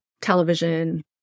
television